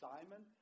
Simon